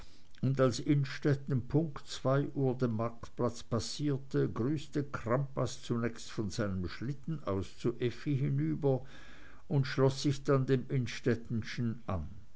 und als innstetten punkt zwei uhr den marktplatz passierte grüßte crampas zunächst von seinem schlitten aus zu effi hinüber und schloß sich dann dem innstettenschen an